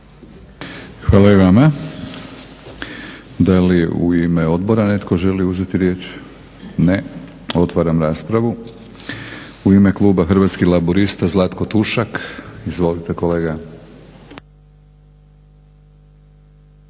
Hvala i vama. Da li u ime odbora netko želi uzeti riječ? Ne. Otvaram raspravu. U ime kluba Hrvatskih laburista, Zlatko Tušak. Izvolite kolega.